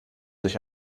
sich